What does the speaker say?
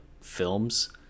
films